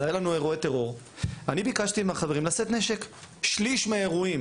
אני ביקשתי מהחברים לשאת נשק ושליש מהאירועים